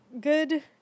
good